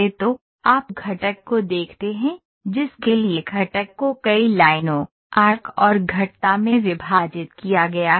तो आप घटक को देखते हैं जिसके लिए घटक को कई लाइनों आर्क और घटता में विभाजित किया गया है